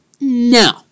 No